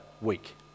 week